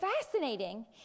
fascinating